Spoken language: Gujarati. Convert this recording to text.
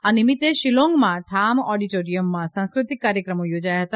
આ નિમિત્ત શિલોંગમાં થામ ઓડીટોરીયમમાં સાંસ્ક્રતિક કાર્યક્રમો યોજાયા હતા